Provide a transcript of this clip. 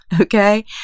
Okay